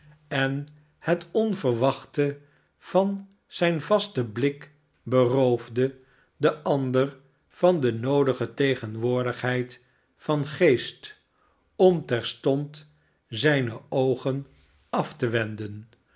en het onverwachte van zijn vasten blik beroofde den ander van de noodige tegenwoordigheid van geest om terstond zijne oogen af te wenden